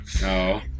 No